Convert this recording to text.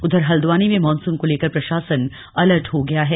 उधर हल्द्वानी में मॉनसून को लेकर प्रशासन अलर्ट हो गया है